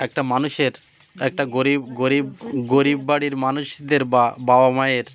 একটা মানুষের একটা গরীব গরীব গরীব বাড়ির মানুষদের বা বাবা মায়ের